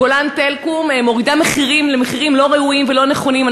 "גולן טלקום" מורידה מחירים למחירים לא ראויים ולא נכונים.